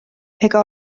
ega